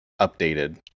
updated